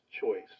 choice